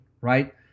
right